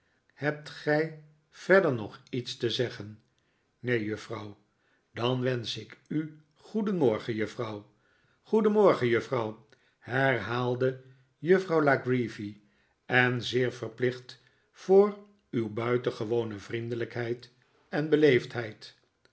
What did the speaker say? hebt gij verder nog iets te zeggen neen juffrouw dan wensch ik u goedenmorgen juffrouw goedenmorgen juffrouw herhaalde juffrouw la creevy en zeer verplicht voor uw buitengewone vriendelijkheid en